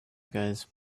guys